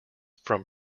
from